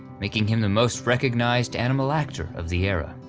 making him the most recognized animal actor of the era.